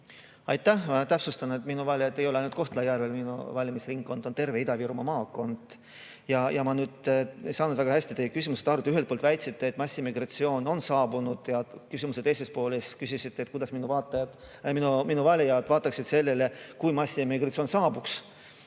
Aitäh! Ma täpsustan, et minu valijad ei ole ainult Kohtla-Järvel. Minu valimisringkond on terve Ida-Viru maakond. Ma ei saanud väga hästi teie küsimusest aru. Te ühelt poolt väitsite, et massiimmigratsioon on saabunud. Küsimuse teises pooles küsisite, et kuidas minu valijad vaataksid sellele, kui massiimmigratsioon saabuks.